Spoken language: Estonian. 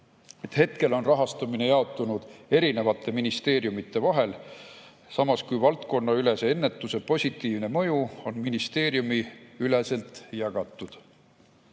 Hetkel on rahastamine jaotunud eri ministeeriumide vahel, samas kui valdkonnaülese ennetuse positiivne mõju on ministeeriumiüleselt jagatud.